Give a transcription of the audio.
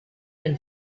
been